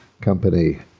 company